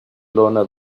lona